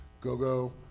go-go